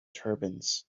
turbans